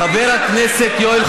לא, אני חושד במניעים שלכם.